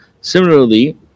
Similarly